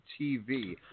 TV